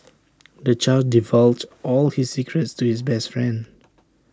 the child divulged all his secrets to his best friend